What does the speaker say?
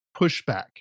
pushback